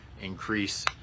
increase